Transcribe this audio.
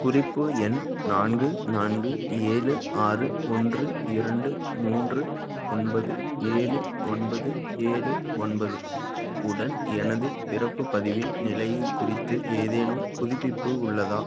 குறிப்பு எண் நான்கு நான்கு ஏழு ஆறு ஒன்று இரண்டு மூன்று ஒன்பது ஏழு ஒன்பது ஏழு ஒன்பது உடன் எனது பிறப்புப் பதிவின் நிலையைக் குறித்து ஏதேனும் புதுப்பிப்பு உள்ளதா